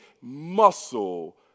muscle